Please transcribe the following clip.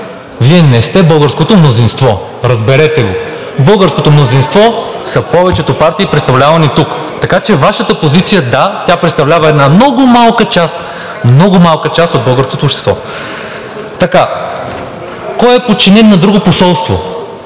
Вие не сте българското мнозинство, разберете го. Българското мнозинство са повечето партии, представлявани тук, така че Вашата позиция, да, представлява една много малка част, много малка част от българското общество. Кой е подчинен на друго посолство?